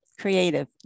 creative